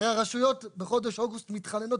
הרי הרשויות בחודש אוגוסט מתחננות,